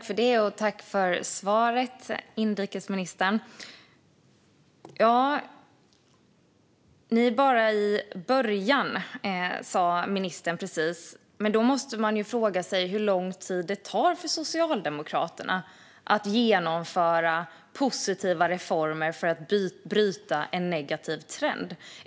Fru talman! Tack för svaret, inrikesministern! Ni är bara i början, sa ministern precis. Då måste man fråga sig hur lång tid det tar för Socialdemokraterna att genomföra positiva reformer för att bryta en negativ trend.